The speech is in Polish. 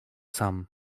sam